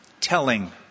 telling